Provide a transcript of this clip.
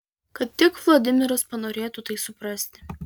kad tik vladimiras panorėtų tai suprasti